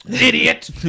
Idiot